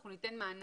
אנחנו ניתן מענק,